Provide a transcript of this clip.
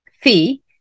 fee